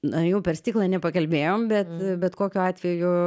na jau per stiklą nepakalbėjom bet bet kokiu atveju